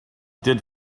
did